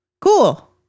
Cool